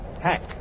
Hack